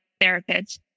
therapists